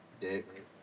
Dick